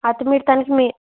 అయితే మీరు తనకి మీ